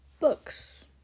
Books